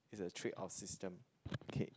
is the trick of system okay